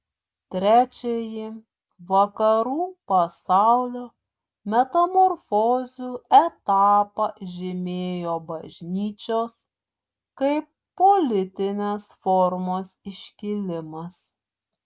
trečiąjį vakarų pasaulio metamorfozių etapą žymėjo bažnyčios kaip politinės formos iškilimas